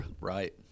right